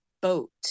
boat